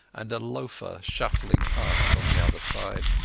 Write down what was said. and a loafer shuffling past on the other side.